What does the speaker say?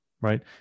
right